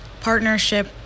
partnership